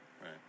Right